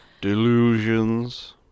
Delusions